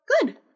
good